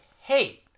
hate